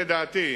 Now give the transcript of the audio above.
לדעתי,